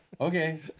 Okay